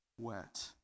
wet